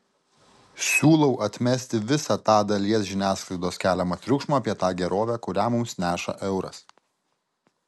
siūlau atmesti visą tą dalies žiniasklaidos keliamą triukšmą apie tą gerovę kurią mums neša euras